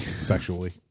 Sexually